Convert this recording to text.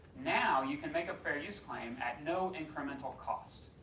now you can make a fair use claim at no incremental cost.